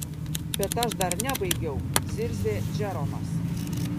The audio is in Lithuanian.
bet aš dar nebaigiau zirzė džeromas